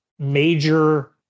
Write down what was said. major